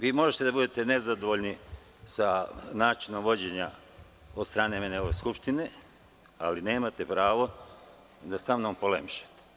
Vi možete da budete nezadovoljni sa načinom vođenja, od strane mene, ove Skupštine, ali nemate pravo da samnom polemišete.